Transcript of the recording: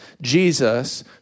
Jesus